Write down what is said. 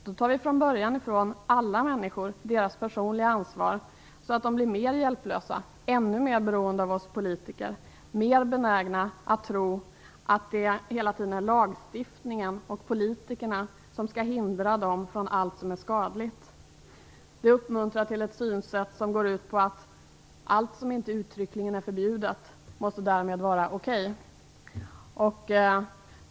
Då tar vi från början ifrån alla människor deras personliga ansvar, så att de blir mera hjälplösa, ännu mer beroende av oss politiker, mer benägna att tro att det hela tiden är lagstiftningen och politikerna som skall hindra dem från allt som är skadligt. Det uppmuntrar till ett synsätt som går ut på att allt som inte uttryckligen är förbjudet därmed måste vara okej.